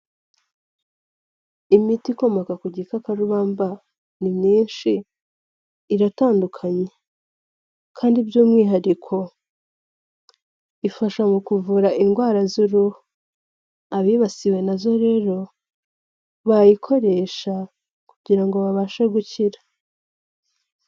Imiti ikomoka ku gikakarubamba ni myinshi, iratandukanye, kandi by'umwihariko ifasha mu kuvura indwara z'uruhu. Abibasiwe na zo rero, bayikoresha kugira ngo babashe gukira.